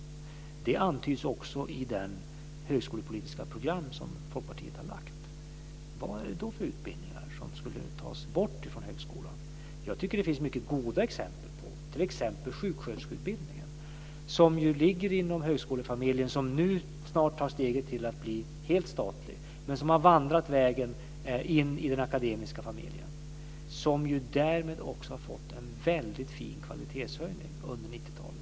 Det antyds också i det högskolepolitiska program som Folkpartiet har lagt fram. Vad är det för utbildningar som skulle tas bort från högskolan? Jag tycker att det finns mycket goda exempel - t.ex. sjuksköterskeutbildningen, som ligger inom högskolefamiljen och snart tar steget till att bli helt statlig men som har vandrat vägen in i den akademiska familjen och därmed också har fått en väldigt fin kvalitetshöjning under 90-talet.